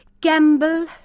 Gamble